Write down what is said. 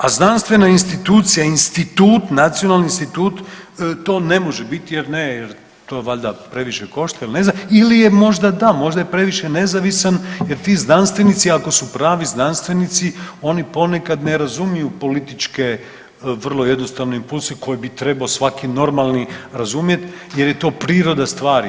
A znanstvena institucija, institut nacionalni institut to ne može biti jer ne, jer to valjda previše košta ili je možda da, možda je previše nezavisan jer ti znanstvenici, ako su pravi znanstvenici, oni ponekad ne razumiju političke vrlo jednostavne impulse koji bi trebao svaki normalni razumjet jer je to priroda stvari.